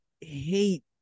hate